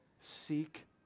Seek